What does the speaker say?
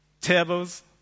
Tables